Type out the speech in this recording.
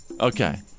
Okay